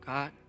God